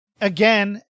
again